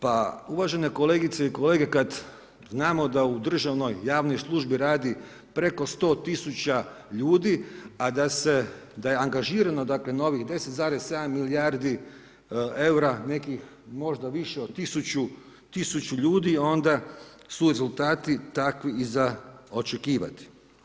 Pa, uvažene kolegice i kolege, kad znamo da u državnoj javnoj službi radi preko 100 tisuća ljudi, a da je angažirano dakle, novih 10,7 milijardi eura, nekih možda više od 1000 ljudi, onda su rezultati takvi i za očekivati.